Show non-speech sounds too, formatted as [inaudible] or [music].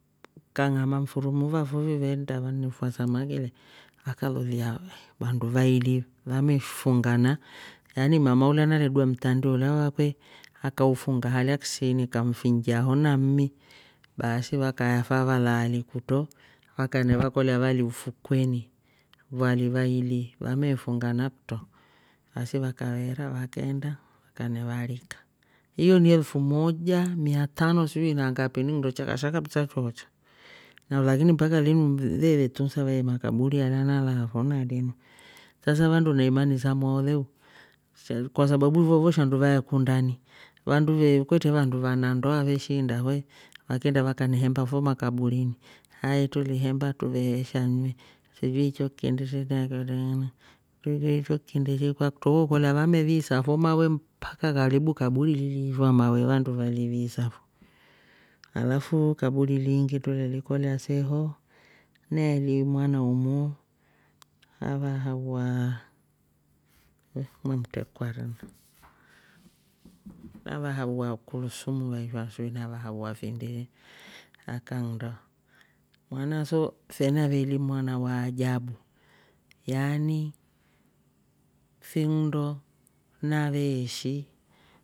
Kang'ama mfuru umu vafufi veennda vannefua samaki le vakalolya vandu vaili vamefungana yani mama ulya naledua mtandio ulya wakwe akaufunga alya ksini kamfinjia oh na mmi baasi vakaefa valaali kutro vakanevakolya vali ufukweni vali vaili vameefungana kutro. baasi vakaveera vakeenda vakave varika. iyo ni elfu moja miatanu sijui na ngapi nnindo chakasaha kabisa choocho na lakini mpaka linu veve tunsa ve makaburi alya nalaafo na linu sasa vandu na imani samwao leu sha- kwa sababu vovo shandu vaekundani ve- kwetre vandu vana ndoa veshiinda oh [hesitation] vakeenda vakane hemba fo makaburini hai tuli hemba truvee shanunywe sijui choiki ndishi sijui choki ndishi kwakutro we kolya vame viisa mawe fo mpaka karibu kaburi liishwa mawe vandu vali viisa fo alafuu kaburi liingi truvelikolya se ho neeli mwana umu ava hawaa nimetrekwa rina. avahawaa kulusumu vai sijui avhawaa fi ndishi akanndo mwanaso fe aveeli mwana wa ajabu yaani fiindo naveeshi